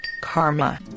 karma